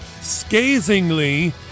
scathingly